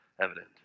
evident